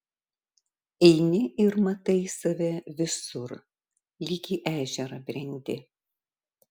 eini ir matai save visur lyg į ežerą brendi